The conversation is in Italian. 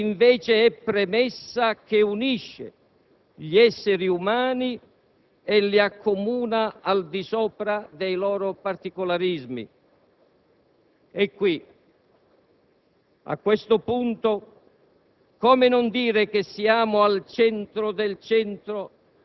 in quanto accredita a ogni essere umano la libertà e la facoltà di servirsene bene, come scriveva recentemente il noto filosofo contemporaneo Henri Peña-Ruiz.